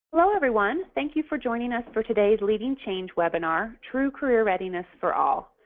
hello everyone, thank you for joining us for today's leading change webinar, true career readiness for all.